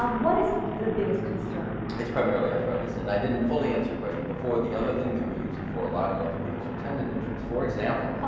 um what is the biggest concern? it's primarily arthritis. and i didn't fully answer your question before. the other thing that we use it for a lot in orthopedics are tendon injuries, for example.